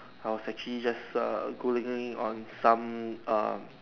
I was actually just err Googling on some um